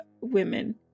women